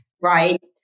right